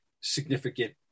significant